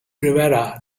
rivera